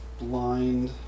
blind